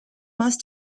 must